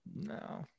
no